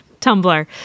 Tumblr